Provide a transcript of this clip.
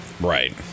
Right